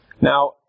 Now